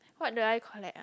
what do I collect ah